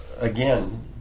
again